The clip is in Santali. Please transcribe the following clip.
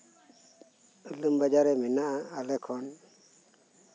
ᱤᱞᱟᱢᱵᱟᱡᱟᱨ ᱨᱮ ᱢᱮᱱᱟᱜᱼᱟ ᱟᱞᱮ ᱠᱷᱚᱱ